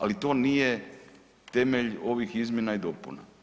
Ali to nije temelj ovih izmjena i dopuna.